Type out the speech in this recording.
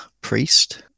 priest